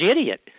idiot